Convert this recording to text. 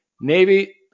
Navy